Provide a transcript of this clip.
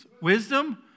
wisdom